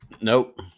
Nope